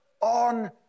on